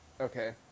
Okay